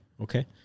okay